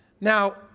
Now